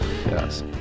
Yes